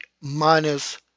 minus